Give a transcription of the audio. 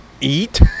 Eat